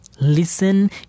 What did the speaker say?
listen